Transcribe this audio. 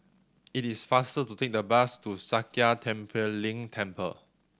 it is faster to take the bus to Sakya Tenphel Ling Temple